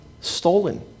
stolen